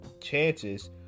chances